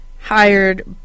Hired